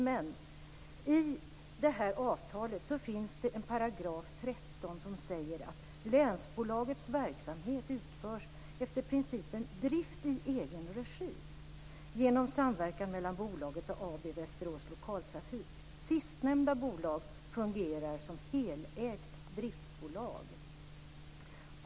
Men i det här avtalet sägs det i 13 §: "Länsbolagets verksamhet utföres, efter principen drift i egen regi, genom samverkan mellan bolaget och AB Västerås Lokaltrafik. Sistnämnda bolag fungerar därvid som helägt driftbolag."